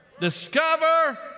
Discover